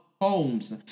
homes